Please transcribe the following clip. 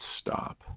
stop